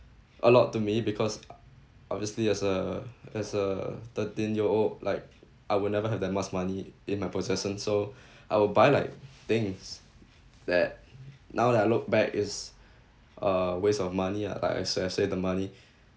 a lot to me because obviously as a as a thirteen-year-old like I will never have that much money in my possession so I will buy like things that now that I look back is uh waste of money ah like I should have saved the money